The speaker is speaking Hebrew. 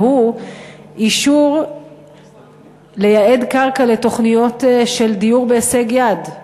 והוא אישור לייעד קרקע לתוכניות של דיור בהישג יד.